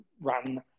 run